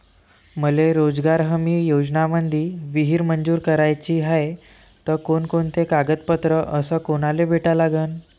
मले रोजगार हमी योजनेमंदी विहीर मंजूर कराची हाये त कोनकोनते कागदपत्र अस कोनाले भेटा लागन?